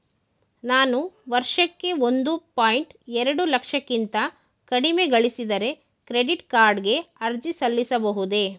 ನಾನು ವರ್ಷಕ್ಕೆ ಒಂದು ಪಾಯಿಂಟ್ ಎರಡು ಲಕ್ಷಕ್ಕಿಂತ ಕಡಿಮೆ ಗಳಿಸಿದರೆ ಕ್ರೆಡಿಟ್ ಕಾರ್ಡ್ ಗೆ ಅರ್ಜಿ ಸಲ್ಲಿಸಬಹುದೇ?